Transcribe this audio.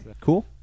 cool